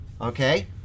Okay